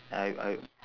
I I